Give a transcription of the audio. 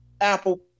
Apple